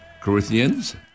Corinthians